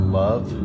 love